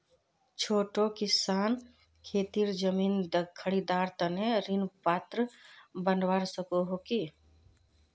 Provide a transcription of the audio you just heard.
छोटो किसान खेतीर जमीन खरीदवार तने ऋण पात्र बनवा सको हो कि?